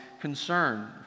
concern